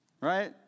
right